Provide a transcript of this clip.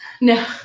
No